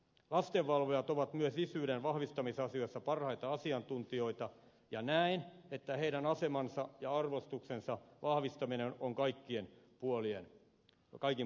lastenvalvojat ovat myös isyyden vahvistamisasioissa parhaita asiantuntijoita ja näen että heidän asemansa ja arvostuksensa vahvistaminen on kaikin puolin tarpeen